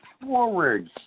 forward